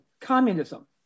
communism